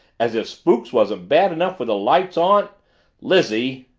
as if spooks wasn't bad enough with the lights on lizzie!